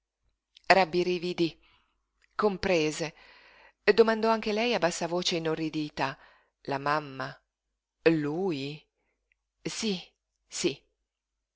sapere rabbrividí comprese domandò anche lei a bassa voce inorridita la mamma lui sí sí